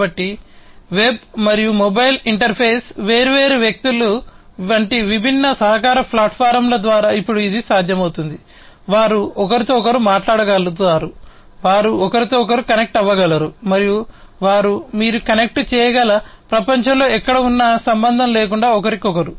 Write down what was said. కాబట్టి వెబ్ మరియు mobile interface వేర్వేరు వ్యక్తులు వంటి విభిన్న సహకార ప్లాట్ఫారమ్ల ద్వారా ఇప్పుడు ఇది సాధ్యమవుతుంది వారు ఒకరితో ఒకరు మాట్లాడగలుగుతారు వారు ఒకరితో ఒకరు కనెక్ట్ అవ్వగలరు మరియు వారు మీరు కనెక్ట్ చేయగల ప్రపంచంలో ఎక్కడ ఉన్నా సంబంధం లేకుండా ఒకరికొకరు